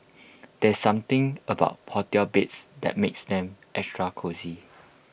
there's something about hotel beds that makes them extra cosy